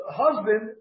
husband